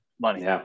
money